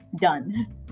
done